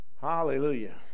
Hallelujah